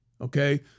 okay